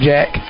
Jack